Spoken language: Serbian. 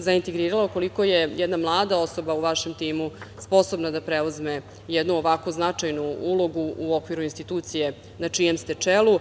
zaintrigiralo koliko je jedna mlada osoba u vašem timu sposobna da preuzme jednu ovako značajnu ulogu u okviru institucije na čijem ste čelu.